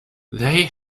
they